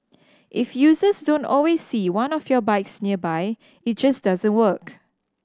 if users don't always see one of your bikes nearby it just doesn't work